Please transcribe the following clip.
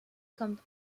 comme